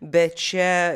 bet čia